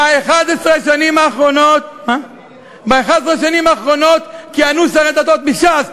ב-11 השנים האחרונות כיהנו שרי דתות מש"ס.